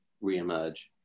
re-emerge